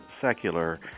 secular